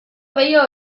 pello